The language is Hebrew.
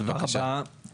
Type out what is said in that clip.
תודה רבה.